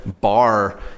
bar